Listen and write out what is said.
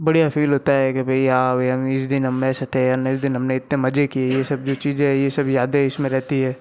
बढ़िया फील होता होता हैं कि भाई हाँ भाई हम इस दिन हम ऐसे थे इस दिन हमने इतने मज़े किए ये सब जो चीज़ें हैं ये सब यादें इसमें रहती हैं